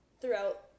Throughout